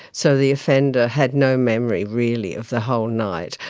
so the offender had no memory, really, of the whole night,